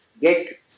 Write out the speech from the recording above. get